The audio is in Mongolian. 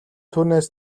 түүнээс